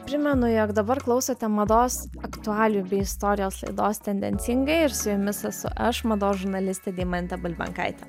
primenu jog dabar klausote mados aktualijų bei istorijos laidos tendencingai ir su jumis esu aš mados žurnalistė deimantė bulbenkaitė